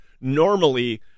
normally